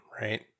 right